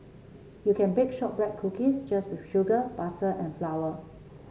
you can bake shortbread cookies just with sugar butter and flour